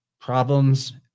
problems